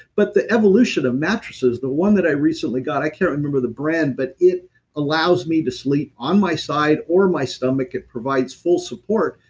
but the evolution of mattresses, the one that i recently got, i can't remember the brand, but it allows me to sleep on my side or my stomach. it provides full support.